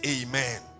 Amen